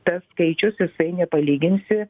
tas skaičius jisai nepalyginsi